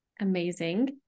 Amazing